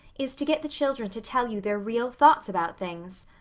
is to get the children to tell you their real thoughts about things.